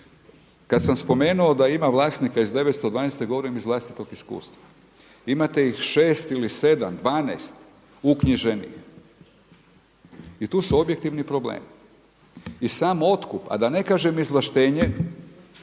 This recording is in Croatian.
Kada sam spomenuo da ima vlasnika iz 912. godine iz vlastitog iskustva. Imate ih 6 ili 7, 12 uknjiženih i tu su objektivni problemi. I sam otkup, a da ne kažem izvlaštenje